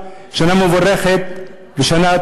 (מברך בשפה